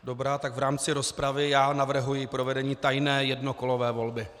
Dobrá, tak v rámci rozpravy navrhuji provedení tajné jednokolové volby.